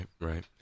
right